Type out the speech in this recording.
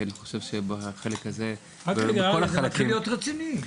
כי אני חושב שבחלק הזה --- זה מתחיל להיות רציני.